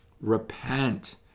Repent